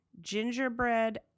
gingerbread